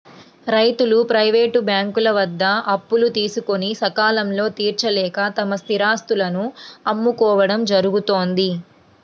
రైతులు ప్రైవేటు వ్యక్తుల వద్ద అప్పులు తీసుకొని సకాలంలో తీర్చలేక తమ స్థిరాస్తులను అమ్ముకోవడం జరుగుతోంది